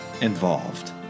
involved